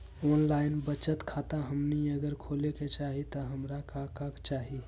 Online बचत खाता हमनी अगर खोले के चाहि त हमरा का का चाहि?